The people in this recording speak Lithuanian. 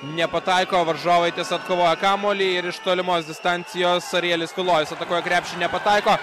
nepataiko o varžovai ties atkovoja kamuolį ir iš tolimos distancijos arielis tulojus atakuoja krepšį nepataiko